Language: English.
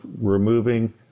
removing